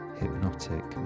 hypnotic